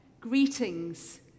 Greetings